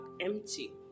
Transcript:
empty